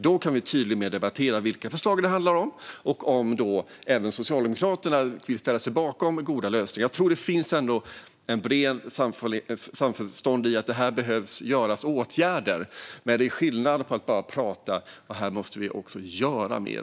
Då kan vi tydligare debattera vilka förslag det handlar om och om även Socialdemokraterna vill ställa sig bakom goda lösningar. Jag tror att det finns ett brett samförstånd om att det behöver vidtas åtgärder. Men det räcker inte att bara prata. Vi måste också göra mer.